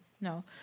no